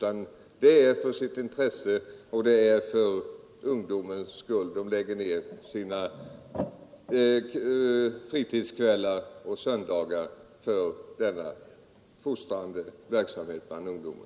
Av intresse och för ungdomens skull ägnar de sina fritidskvällar och söndagar åt denna fostrande verksamhet bland ungdomen.